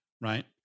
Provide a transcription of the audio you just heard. right